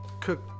cook